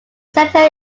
center